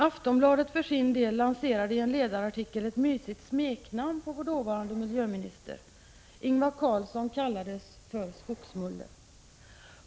Aftonbladet för sin del lanserade i en ledarartikel ett mysigt smeknamn på vår dåvarande miljöminister — Ingvar Carlsson kallades för Skogsmulle.